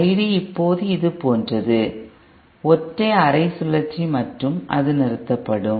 ID இப்போது இது போன்றது ஒற்றை அரை சுழற்சி மற்றும் அது நிறுத்தப்படும்